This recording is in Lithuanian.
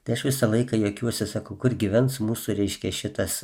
tai aš visą laiką juokiuosi sakau kur gyvens mūsų reiškia šitas